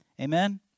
Amen